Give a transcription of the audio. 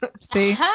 See